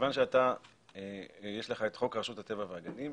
מכיוון שיש לך את חוק רשות הטבע והגנים,